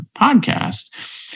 podcast